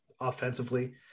offensively